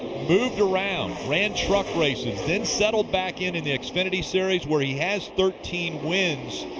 moved around. ran truck races, then settled back into the xfinity series where he has thirteen wins.